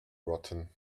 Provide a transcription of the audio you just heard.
rotten